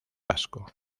vasco